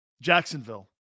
Jacksonville